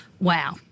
Wow